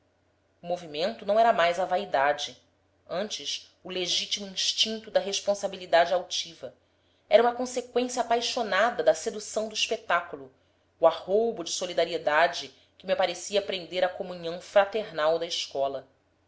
movimento não era mais a vaidade antes o legítimo instinto da responsabilidade altiva era uma conseqüência apaixonada da sedução do espetáculo o arroubo de solidariedade que me parecia prender à comunhão fraternal da escola